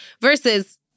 versus